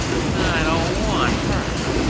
and i don't want her.